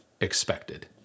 Expected